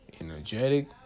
energetic